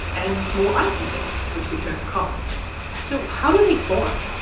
and more icy things, which we term comets so how do they form?